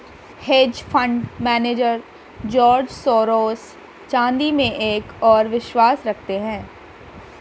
hedge fund manager George Soros चांदी में एक और विश्वास रखते हैं